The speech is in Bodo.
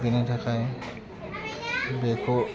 बेनि थाखाय बेखौ